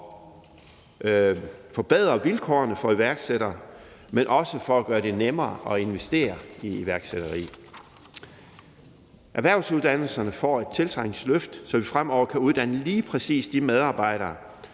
forbedre vilkårene for iværksættere, men også for at gøre det nemmere at investere i iværksætteri. Erhvervsuddannelserne får et tiltrængt løft, så vi fremover kan uddanne lige præcis de medarbejdere,